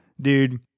Dude